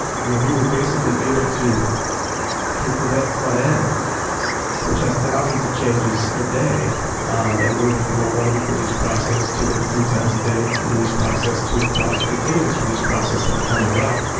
i mean, we were basically able to take the web front end which has thousands of changes a day um and move it from a one week release process to a three times a day release process to a quasi continuous releases process by the time i left.